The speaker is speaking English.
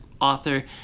author